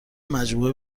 مجموعه